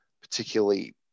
particularly